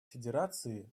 федерации